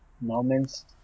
moments